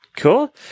Cool